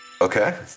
Okay